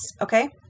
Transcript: okay